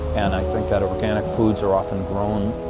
and i think that organic foods are often grown